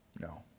No